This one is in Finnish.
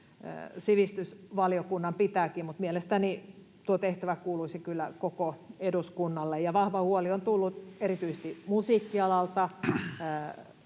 sivistysvaliokunnan pitääkin. Mielestäni tuo tehtävä kuuluisi kyllä koko eduskunnalle. Vahva huoli on tullut erityisesti musiikkialalta,